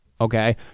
okay